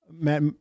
Matt